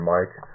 Mike